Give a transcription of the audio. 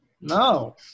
No